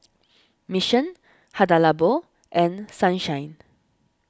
Mission Hada Labo and Sunshine